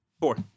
Four